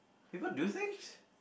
people do things